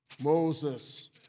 Moses